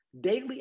daily